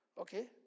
okay